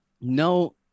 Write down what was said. no